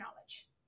knowledge